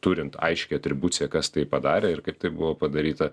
turint aiškią atribuciją kas tai padarė ir kaip tai buvo padaryta